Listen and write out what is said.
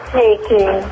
taking